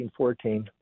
1914